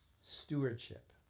stewardship